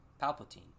Palpatine